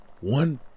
one